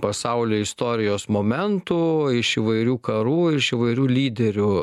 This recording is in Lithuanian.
pasaulio istorijos momentų iš įvairių karų iš įvairių lyderių